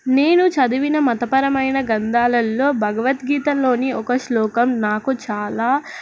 నేను చదివిన మతపరమైన గ్రంథాలలో భగవద్గీతంలోని ఒక శ్లోకం నాకు చాలా